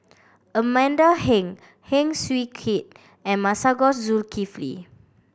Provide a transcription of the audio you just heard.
Amanda Heng Heng Swee Keat and Masagos Zulkifli